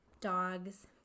dogs